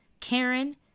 Karen